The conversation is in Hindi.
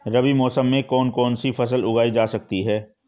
रबी मौसम में कौन कौनसी फसल उगाई जा सकती है?